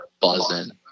buzzing